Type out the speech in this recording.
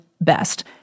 best